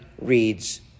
reads